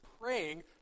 praying